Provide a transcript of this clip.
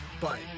bye